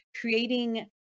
creating